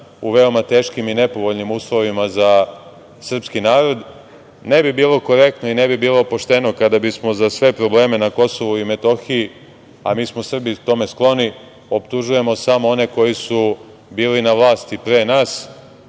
u veoma teškim i nepovoljnim uslovima za srpski narod. Ne bi bilo korektno i ne bi bilo pošteno kada bismo za sve probleme na Kosovu i Metohiji, a mi smo Srbi tome skloni, optužujemo samo one koji su bili na vlasti pre nas.